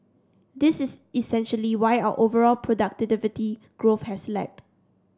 this is essentially why our overall productivity growth has lagged